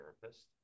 therapist